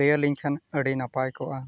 ᱞᱟᱹᱭᱟᱞᱤᱧ ᱠᱷᱟᱱ ᱟᱹᱰᱤ ᱱᱟᱯᱟᱭ ᱠᱚᱜᱼᱟ